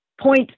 point